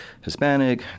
Hispanic